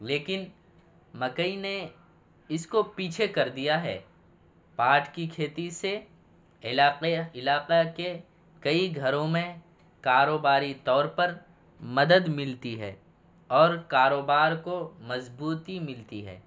لیکن مکئی نے اس کو پیچھے کر دیا ہے پاٹ کی کھیتی سے علاقے علاقہ کے کئی گھروں میں کاروباری طور پر مدد ملتی ہے اور کاروبار کو مضبوتی ملتی ہے